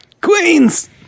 Queens